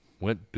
went